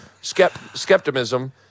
Skepticism